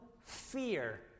fear